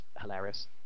hilarious